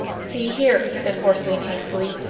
see here, he said hoarsely and hastily.